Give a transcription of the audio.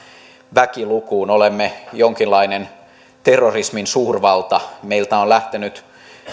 väkilukuun olemme jonkinlainen terrorismin suurvalta meiltä on lähtenyt